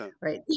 Right